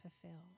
fulfill